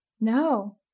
No